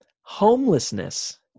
Homelessness